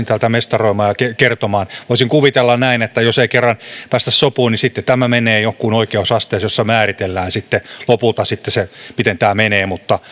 täältä mestaroimaan ja niistä kertomaan voisin kuvitella näin että jos ei kerran päästä sopuun niin sitten tämä menee johonkin oikeusasteeseen jossa määritellään lopulta sitten se miten tämä menee mutta